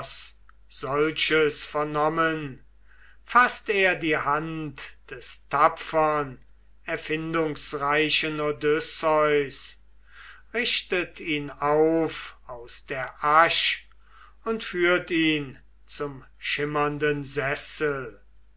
solches vernommen faßt er die hand des tapfern erfindungsreichen odysseus richtet ihn auf aus der asch und führt ihn zum schimmernden sessel